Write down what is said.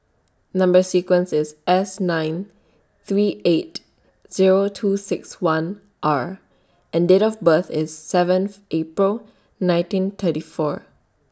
Number sequence IS S nine three eight Zero two six one R and Date of birth IS seventh April nineteen thirty four